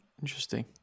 Interesting